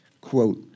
Quote